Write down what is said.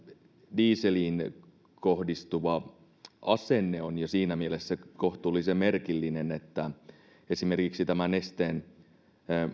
dieseliin kohdistuva asenne on jo siinä mielessä kohtuullisen merkillinen että esimerkiksi tämän nesteen